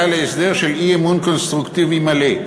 להסדר של אי-אמון קונסטרוקטיבי מלא.